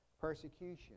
persecution